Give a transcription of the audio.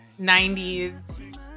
90s